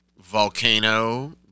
volcano